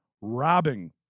robbing